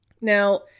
Now